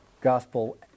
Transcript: gospel